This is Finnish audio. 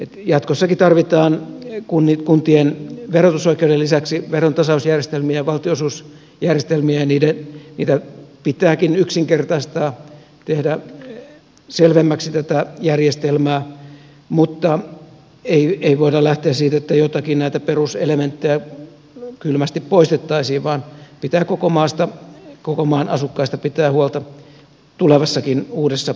jatkossakin tarvitaan kuntien verotusoikeuden lisäksi verontasausjärjestelmiä valtionosuusjärjestelmiä ja niitä pitääkin yksinkertaistaa tehdä selvemmäksi tätä järjestelmää mutta ei voida lähteä siitä että joitakin näitä peruselementtejä kylmästi poistettaisiin vaan pitää koko maan asukkaista pitää huolta tulevassakin uudessa kuntarakenteessa